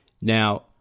Now